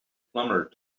plumber